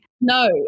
No